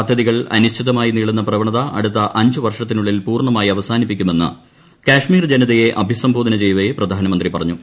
പദ്ധതികൾ അനിശ്ചിതമായി നീളുന്ന പ്രവണത അടുത്ത അഞ്ചു വർഷത്തിനുള്ളിൽ പൂർണമായി അവസാനിപ്പിക്കുമെന്ന് കാശ്മീർ ജനതയെ അഭിസംബോധന ചെയ്യവെ പ്രധാനമന്ത്രി പറഞ്ഞു